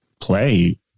play